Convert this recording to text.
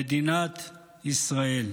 "מדינת ישראל".